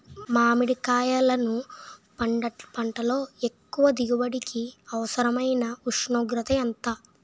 మామిడికాయలును పంటలో ఎక్కువ దిగుబడికి అవసరమైన ఉష్ణోగ్రత ఎంత?